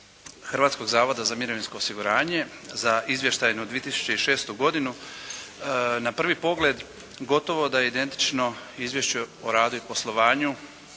Hrvatskog zavoda za mirovinsko osiguranje za izvještajnu 2006. godinu na prvi pogled gotovo da je identično izvješću o radu i poslovanju